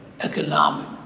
economic